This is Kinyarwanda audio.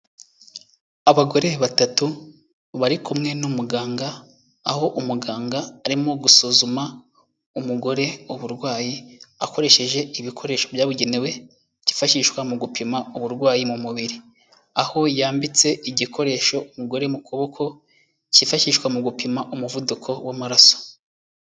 Abagore batatu bari kumwe n'umuganga, aho umuganga arimo gusuzuma umugore uburwayi akoresheje ibikoresho byabugenewe byifashishwa mu gupima uburwayi mu mubiri. Aho yambitse igikoresho umugore mu kuboko cyifashishwa mu gupima umuvuduko w'amaraso.